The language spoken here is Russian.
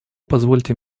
позвольте